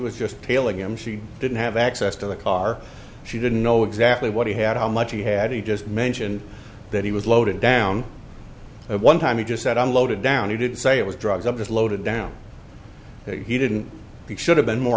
was just tailing him she didn't have access to the car she didn't know exactly what he had how much he had he just mentioned that he was loaded down at one time he just said i'm loaded down he didn't say it was drugs i'm just loaded down he didn't he should have been more